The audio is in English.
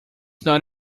not